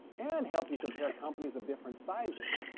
and help you compare companies of different sizes.